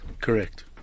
Correct